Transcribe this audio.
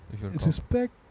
Respect